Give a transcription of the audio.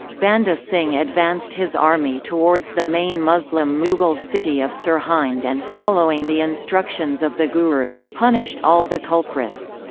banda singh advanced his army towards the main muslim mughal city of sirhind and, following the instructions of the guru, punished all the culprits.